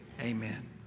Amen